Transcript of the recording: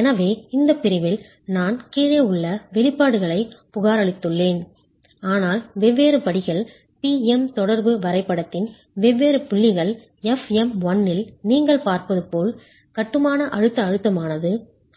எனவே இந்த பிரிவில் நான் கீழே உள்ள வெளிப்பாடுகளைப் புகாரளித்துள்ளேன் ஆனால் வெவ்வேறு படிகள் P M தொடர்பு வரைபடத்தின் வெவ்வேறு புள்ளிகள் fm1 இல் நீங்கள் பார்ப்பது போல் கட்டுமான அழுத்த அழுத்தமானது